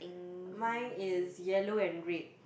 mine is yellow and red